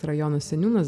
rajono seniūnas